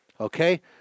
Okay